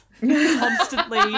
constantly